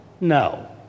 No